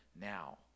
now